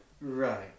Right